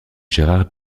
gérard